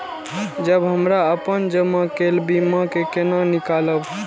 जब हमरा अपन जमा केल बीमा के केना निकालब?